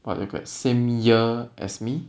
but like like same year as me